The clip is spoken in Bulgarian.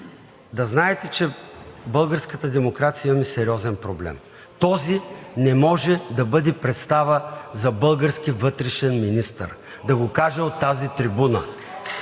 да знаете, че българската демокрация има сериозен проблем. Този не може да бъде представа за български вътрешен министър! Да го кажа от тази трибуна,